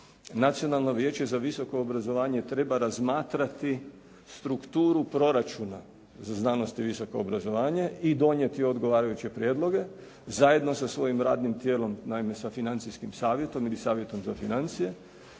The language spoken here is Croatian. Nacionalno vijeće za visoko obrazovanje treba razmatrati strukturu proračuna za znanost i visoko obrazovanje i donijeti odgovarajuće prijedloge zajedno sa svojim radnim tijelom naime sa financijskim savjetom ili savjetom za financije